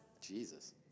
Jesus